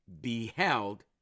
beheld